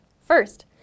First